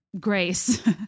grace